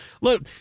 Look